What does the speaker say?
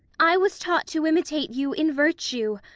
i was taught to imitate you in virtue,